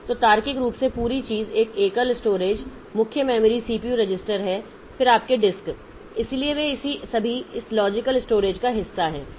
तो तार्किक रूप से पूरी चीज एक एकल स्टोरेज मुख्य मेमोरी सीपीयू रजिस्टर है फिर आपके डिस्क इसलिए वे सभी इस लॉजिकल स्टोरेज का हिस्सा हैं